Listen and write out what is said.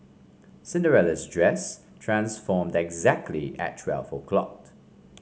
Cinderella's dress transformed exactly at twelve o'clock